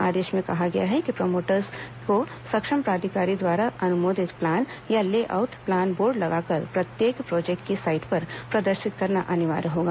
आदेश में कहा गया है कि प्रमोटर्स को सक्षम प्राधिकारी द्वारा अनुमोदित प्लान या ले आऊट प्लान बोर्ड लगाकर प्रत्येक प्रोजेक्ट की साइट पर प्रदर्शित करना अनिवार्य होगा